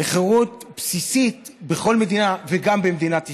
לחירות בסיסית בכל מדינה, וגם במדינת ישראל.